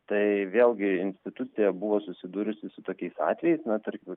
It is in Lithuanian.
tai vėlgi institucija buvo susidūrusi su tokiais atvejais na tarkim